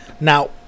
Now